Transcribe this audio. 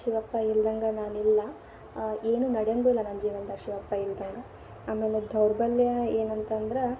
ಶಿವಪ್ಪ ಇಲ್ಲದಂಗ ನಾನಿಲ್ಲ ಏನೂ ನಡೆಯಂಗೂ ಇಲ್ಲ ನನ್ನ ಜೀವನ್ದಾಗ ಶಿವಪ್ಪ ಇಲ್ಲದಂಗ ಆಮೇಲೆ ದೌರ್ಬಲ್ಯ ಏನಂತಂದ್ರೆ